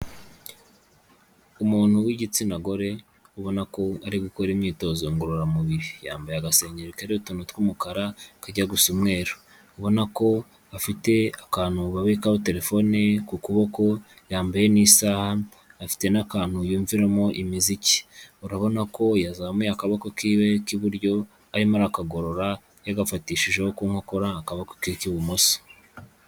Umuntu w'igitsina gore ubona ko ari gukora imyitozo ngororamubiri, yambaye agasengeri kariho utuntu tw'umukara kajya gusa umweru ubona ko gafite akantu babikaho telefone ku kuboko yambaye n'isaha afite n'akantu yimviramo imiziki, urabona ko yazamuye akaboko kiwe k'iburyo arimo akagorora yagafatishijeho kunkokora akaboko ke k'ibumoso.